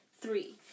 three